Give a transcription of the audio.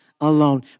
alone